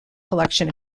collection